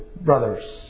brothers